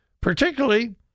Particularly